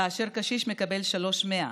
כאשר קשיש מקבל 3,100,